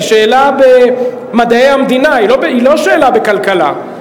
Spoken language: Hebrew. היא שאלה במדעי המדינה, היא לא שאלה בכלכלה.